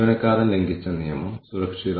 കൂടാതെ അവർ എത്രമാത്രം പഠിക്കുന്നു